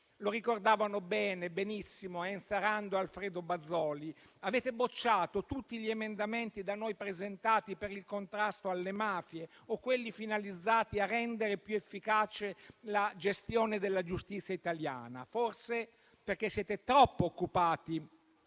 Lo ricordavano bene, benissimo Enza Rando e Alfredo Bazoli. Avete bocciato tutti gli emendamenti da noi presentati per il contrasto alle mafie, o quelli finalizzati a rendere più efficace la gestione della giustizia italiana, forse perché siete troppo occupati